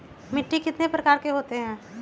मिट्टी कितने प्रकार के होते हैं?